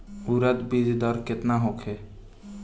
उरद बीज दर केतना होखे?